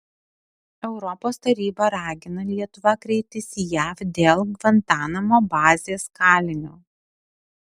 europos taryba ragina lietuvą kreiptis į jav dėl gvantanamo bazės kalinio